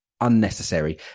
unnecessary